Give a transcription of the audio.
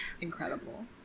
Incredible